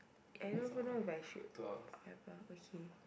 I don't even know if I should have ah okay